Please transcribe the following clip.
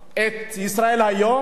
את "ישראל היום".